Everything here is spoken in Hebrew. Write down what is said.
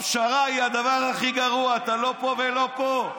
הפשרה היא הדבר הכי גרוע, אתה לא פה ולא פה.